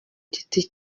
giti